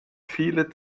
viele